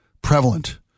prevalent